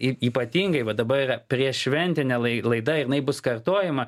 ir ypatingai va dabar prieš šventinė laida jinai bus kartojama